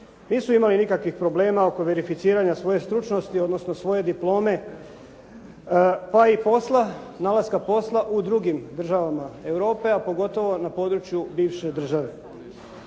Nisu imali nikakvih problema oko verificiranja svoje stručnosti odnosno svoje diplome pa i posla, nalaska posla u drugim državama Europe a pogotovo na području bivše države.